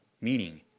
Meaning